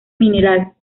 mineral